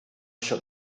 shot